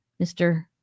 Mr